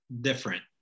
different